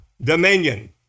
dominion